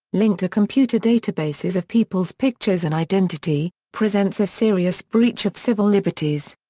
linked to computer databases of people's pictures and identity, presents a serious breach of civil liberties.